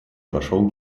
пошел